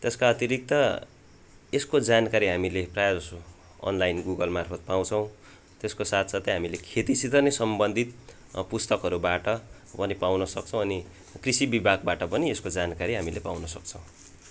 त्यसका अतिरिक्त यसको जानकारी हामीले प्रायःजसो अनलाइन गुगलमा मार्फत् पाउँछौँ त्यसको साथसाथै हामीले खेतीसित नै सम्बन्धित पुस्तकहरूबाट पनि पाउन सक्छौँ अनि कृषि विभागबाट पनि यसको जानकारी हामीले पाउन सक्छौँ